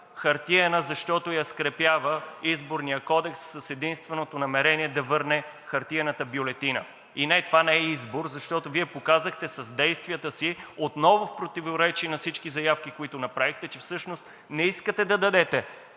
хартиена, защото я скрепява Изборният кодекс с единственото намерение да върне хартиената бюлетина. Не, това не е избор, защото Вие показахте с действията си отново в противоречие на всички заявки, които направихте, че всъщност не искате да дадете